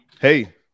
hey